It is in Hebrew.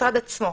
המשרד עצמו.